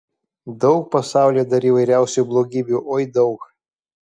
daug pasaulyje dar įvairiausių blogybių oi daug